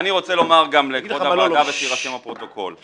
אני רוצה לומר גם לכבוד הוועדה ושיירשם בפרוטוקול,